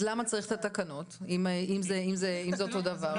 אז למה צריך את התקנות אם זה אותו דבר?